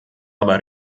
aber